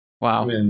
wow